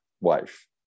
wife